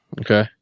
Okay